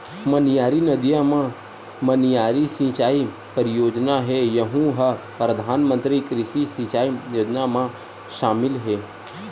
मनियारी नदिया म मनियारी सिचई परियोजना हे यहूँ ह परधानमंतरी कृषि सिंचई योजना म सामिल हे